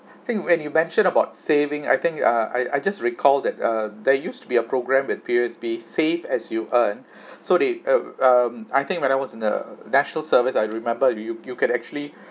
I think when you mentioned about saving I think uh I I just recall that um there used to be a programme with P_O_S_B save as you earn so they uh um I think when I was in the national service I remember you you can actually